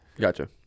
gotcha